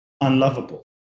unlovable